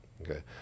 okay